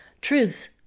Truth